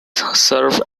serve